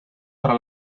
para